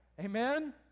Amen